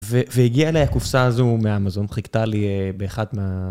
והגיע לי הקופסא הזו מהמזון, חיכתה לי באחת מה...